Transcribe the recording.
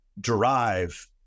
drive